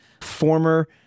former